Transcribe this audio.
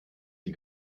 sie